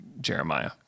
Jeremiah